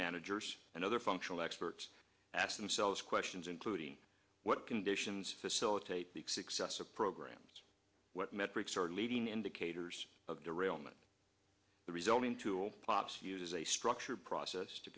managers and other functional experts ask themselves questions including what conditions facilitate the success of programs what metrics or leading indicators of derailment the resulting tool plops uses a structured process to